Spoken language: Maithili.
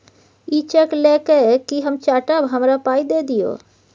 इ चैक लए कय कि हम चाटब? हमरा पाइ दए दियौ